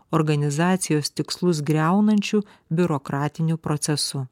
organizacijos tikslus griaunančiu biurokratiniu procesu